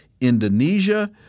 Indonesia